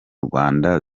rwanda